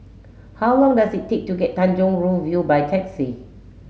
how long does it take to get Tanjong Rhu View by taxi